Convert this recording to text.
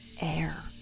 air